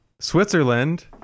Switzerland